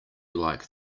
like